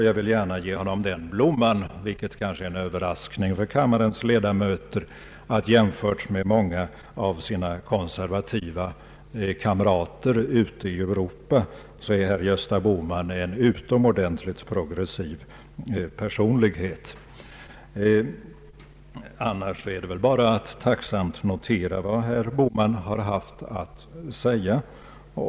Jag vill gärna ge honom den blomman, vilket kanske är en överraskning för kammarens ledamöter, att jämfört med många av sina konservativa kamrater ute i Europa är Gösta Bohman en utomordentligt progressiv personlighet. I övrigt är det väl bara att tacksamt notera vad herr Bohman har haft att säga.